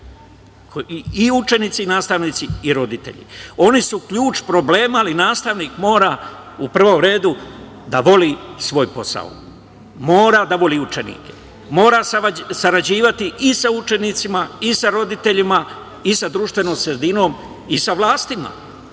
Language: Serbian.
i učenici i nastavnici i roditelji, oni su ključ problema, ali nastavnik mora u prvom redu da voli svoj posao, mora da voli učenike, mora sarađivati i sa učenicima i sa roditeljima i sa društvenom sredinom, a i sa vlastima